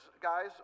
guys